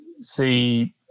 see